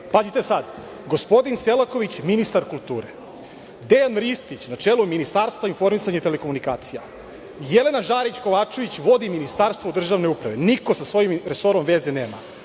veze. Pazite sada, gospodin Selaković - ministar kulture, Dejan Ristić – na čelo Ministarstva informisanja i telekomunikacija, Jelena Žarić Kovačević vodi Ministarstvo državne uprave. Niko sa svojim resorom veze nema.